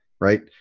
right